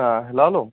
ہاں ہِلال ہو